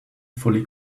fully